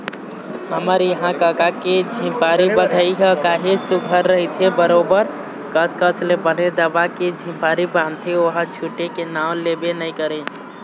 हमर इहाँ कका के झिपारी बंधई ह काहेच सुग्घर रहिथे बरोबर कस कस ले बने दबा के झिपारी बांधथे ओहा छूटे के नांव लेबे नइ करय